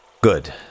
Good